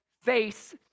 face